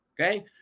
okay